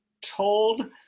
told